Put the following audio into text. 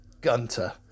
gunter